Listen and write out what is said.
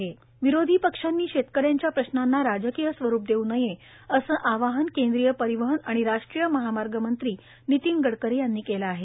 नितीन गडकरी एअर विरोधी पक्षांनी शेतकऱ्यांच्या प्रश्नांना राजकीय स्वरूप देऊ नये असं आवाहन केंद्रीय परिवहन आणि राष्ट्रीय महामार्ग मंत्री नितीन गडकरी यांनी केलं आहे